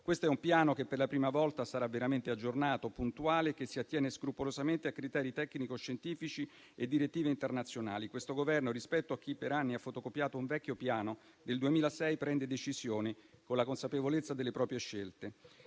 Questo è un piano che per la prima volta sarà veramente aggiornato, puntuale, che si attiene scrupolosamente a criteri tecnico scientifici e a direttive internazionali. Questo Governo, rispetto a chi per anni ha fotocopiato un vecchio piano del 2006, prende decisioni con la consapevolezza delle proprie scelte.